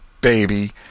Baby